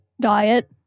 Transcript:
diet